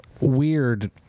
Weird